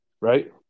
right